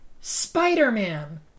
Spider-Man